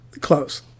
close